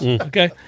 Okay